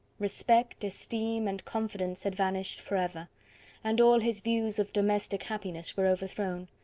respect, esteem, and confidence had vanished for ever and all his views of domestic happiness were overthrown.